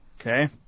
Okay